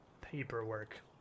paperwork